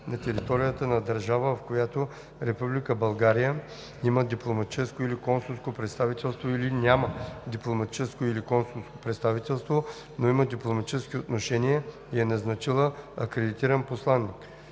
на територията на държава, в която Република България има дипломатическо или консулско представителство или няма дипломатическо или консулско представителство, но има дипломатически отношения и е назначила акредитиран посланик;